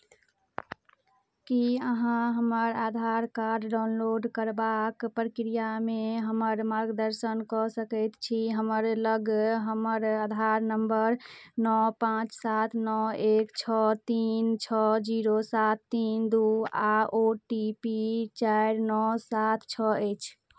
की अहाँ हमर Aadhaar card download करबाक प्रक्रियामे हमर मार्गदर्शन कऽ सकैत छी हमर लग हमर आधार नम्बर नओ पाँच सात नओ एक छओ तीन छओ जीरो सात तीन दू आ ओ टी पी चारि नओ सात छओ अछि